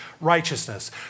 righteousness